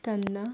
ತನ್ನ